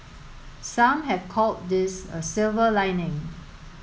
some have called this a silver lining